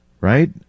right